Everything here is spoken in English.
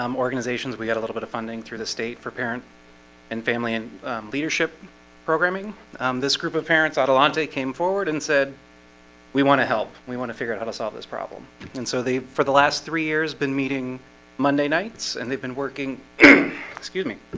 um organizations, we had a little bit of funding through the state for parent and family and leadership programming um this group of parents adelante came forward and said we want to help we want to figure out how to solve this problem and so they for the last three years been meeting monday nights, and they've been working excuse me